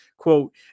Quote